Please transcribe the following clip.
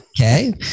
Okay